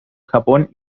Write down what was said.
japón